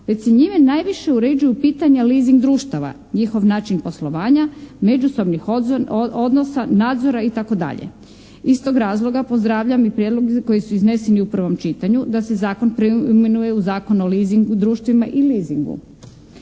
već se njime najviše uređuju pitanja leasing društava, njihov način poslovanja međusobnih odnosa, nadzora itd. Iz tog razloga pozdravljam i prijedloge koji su izneseni u prvom čitanju da se zakon preimenuje u Zakon o leasing društvima i leasingu.